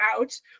out